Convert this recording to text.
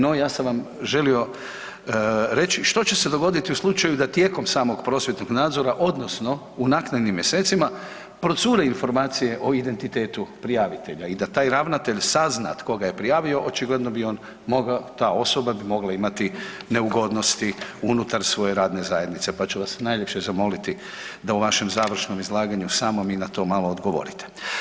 No ja sam vam želio reći što će se dogoditi u slučaju da tijekom samog prosvjetnog nadzora, odnosno u naknadnim mjesecima procure informacije o identitetu prijavitelja i da taj ravnatelj sazna tko ga je prijavio očigledno bi on mogao, ta osoba bi mogla imati neugodnosti unutar svoje radne zajednice, pa ću vas najljepše zamoliti da u vašem završnom izlaganju samom mi i na to malo odgovorite.